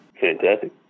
Fantastic